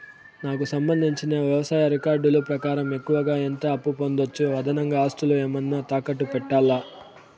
నాకు సంబంధించిన వ్యవసాయ రికార్డులు ప్రకారం ఎక్కువగా ఎంత అప్పు పొందొచ్చు, అదనంగా ఆస్తులు ఏమన్నా తాకట్టు పెట్టాలా?